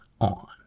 on